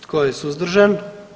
Tko je suzdržan?